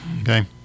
Okay